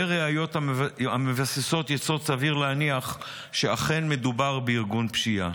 וראיות המבססות יסוד סביר להניח שאכן מדובר בארגון פשיעה.